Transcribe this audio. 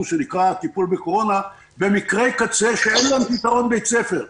שנקרא הטיפול בקורונה במקרי קצה שאין להם פתרון-בית-ספר,